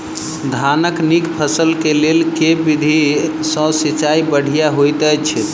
धानक नीक फसल केँ लेल केँ विधि सँ सिंचाई बढ़िया होइत अछि?